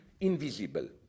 invisible